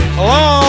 Hello